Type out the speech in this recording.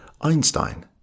Einstein